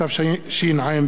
התשע"ב